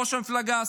ראש המפלגה,